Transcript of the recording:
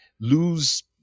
lose